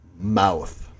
mouth